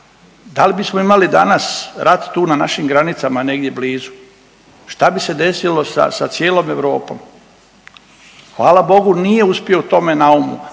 Da li bismo imali danas rat tu na našim granicama negdje blizu? Šta bi se desilo sa cijelom Europom? Hvala Bogu, nije uspio u tome naumu,